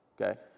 okay